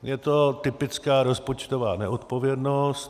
Je to typická rozpočtová neodpovědnost.